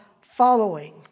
following